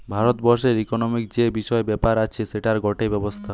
ভারত বর্ষের ইকোনোমিক্ যে বিষয় ব্যাপার আছে সেটার গটে ব্যবস্থা